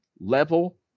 level